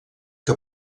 que